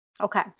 Okay